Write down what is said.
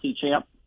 champ